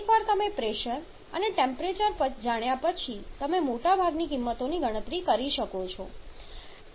એકવાર તમે પ્રેશર અને ટેમ્પરેચર જાણ્યા પછી તમે મોટાભાગની કીમતોની ગણતરી કરી શકો છો